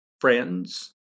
friends